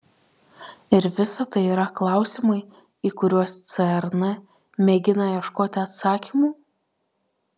ir visa tai yra klausimai į kuriuos cern mėgina ieškoti atsakymų